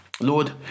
Lord